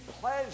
pleasure